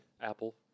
Apple